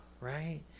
right